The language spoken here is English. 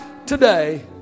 today